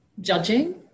judging